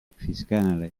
fiscale